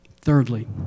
Thirdly